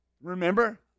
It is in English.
remember